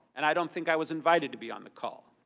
and i don't think i was invited to be on the call.